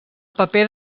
paper